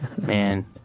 Man